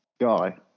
guy